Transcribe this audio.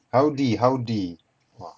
好的好的 !wah!